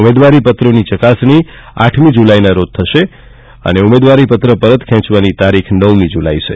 ઉમેદવારી પત્રની ચકાસણી આઠ જુલાઈના રોજ થશે અને ઉમેદવારી પત્ર પરત ખેંચવાની તારીખ નવ જુલાઈ છે